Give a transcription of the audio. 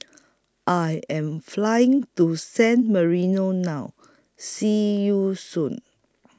I Am Flying to San Marino now See YOU Soon